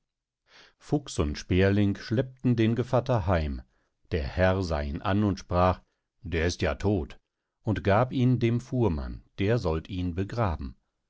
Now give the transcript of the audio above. fuchs und sperling schleppten den gevatter heim der herr sah ihn an und sprach der ist ja todt und gab ihn dem fuhrmann der sollt ihn begraben